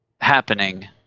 happening